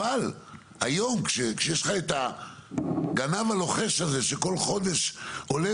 אבל היום כשיש לך את הגנב הלוחש הזה שכל חודש עולה